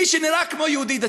מי שנראה כמו יהודי דתי.